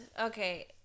okay